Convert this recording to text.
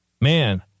man